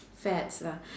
fads lah